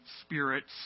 spirits